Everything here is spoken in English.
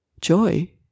Joy